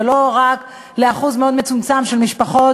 ולא רק לאחוז מאוד מצומצם של משפחות